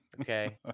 Okay